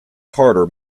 carter